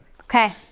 okay